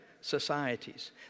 societies